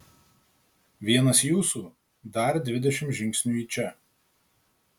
vienas jūsų dar dvidešimt žingsnių į čia